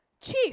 Chief